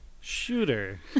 Shooter